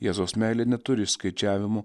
jėzaus meilė neturi išskaičiavimų